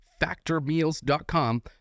factormeals.com